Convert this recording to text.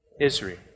Israel